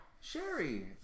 Sherry